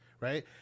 right